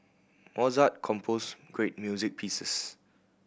Mozart composed great music pieces